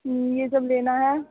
ये सब लेना है